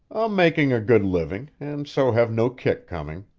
i'm making a good living, and so have no kick coming.